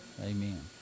Amen